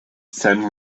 send